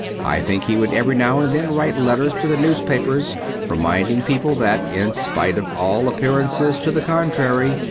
i think he would every now and then write letters to the newspapers reminding people that, in spite of all appearances to the contrary,